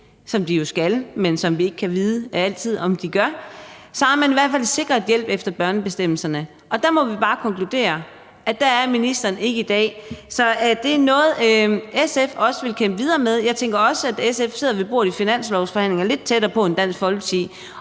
som de jo skal, men som vi ikke altid kan vide om de gør, så er man i hvert fald sikret hjælp efter børnebestemmelserne. Der må vi bare konkludere, at der er ministeren ikke i dag. Så er det noget, SF også vil kæmpe videre med? Jeg tænker også, at SF sidder med ved bordet i finanslovsforhandlingerne lidt tættere på end Dansk Folkeparti.